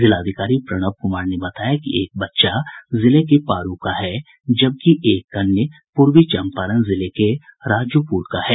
जिलाधिकारी प्रणव कुमार ने बताया कि एक बच्चा जिले के पारू का है जबकि एक अन्य पूर्वी चम्पारण जिले के राजेपुर का है